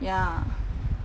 ya